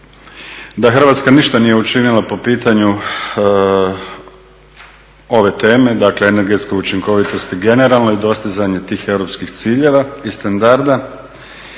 da Hrvatska ništa nije učinila po pitanju ove teme, dakle energetske učinkovitosti generalno i dostizanje tih europskih ciljeva i standarda